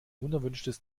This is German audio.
unerwünschtes